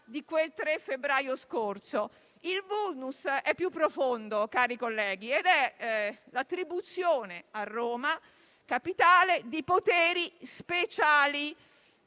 di là del 3 febbraio scorso? Il *vulnus* è più profondo, cari colleghi, ed è l'attribuzione a Roma Capitale di poteri speciali,